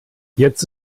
jetzt